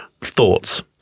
Thoughts